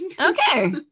Okay